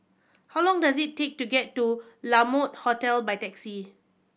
how long does it take to get to La Mode Hotel by taxi